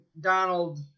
Donald